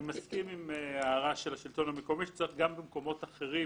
אני מסכים עם ההערה של השלטון המקומי שצריך גם במקומות אחרים,